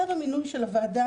כתב המינוי של הוועדה,